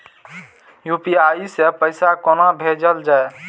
UPI सै पैसा कोना भैजल जाय?